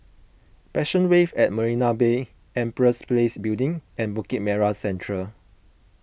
Passion Wave at Marina Bay Empress Place Building and Bukit Merah Central